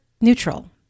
neutral